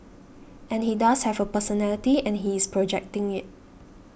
and he does have a personality and he is projecting it